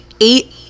eight